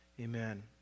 amen